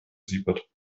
siebert